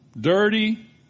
Dirty